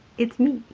it's me.